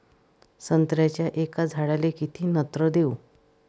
संत्र्याच्या एका झाडाले किती नत्र देऊ?